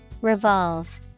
Revolve